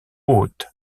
haute